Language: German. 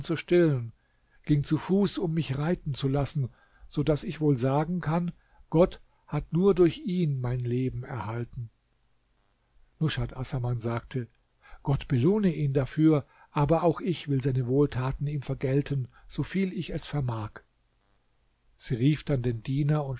zu stillen ging zu fuß um mich reiten zu lassen so daß ich wohl sagen kann gott hat nur durch ihn mein leben erhalten nushat assaman sagte gott belohne ihn dafür aber auch ich will seine wohltaten ihm vergelten so viel ich es vermag sie rief dann den diener